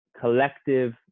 collective